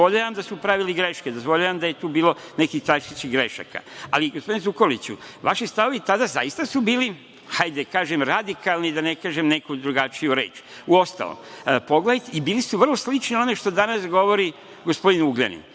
dozvoljavam da su pravili greške, dozvoljavam da je tu bilo nekih grešaka. Ali, gospodine Zukorliću, vaši stavovi tada zaista su bili, hajde da kažem, radikalni, da ne kažem neku drugačiju reč, i bili su vrlo slični onome što danas govori gospodin Ugljanin,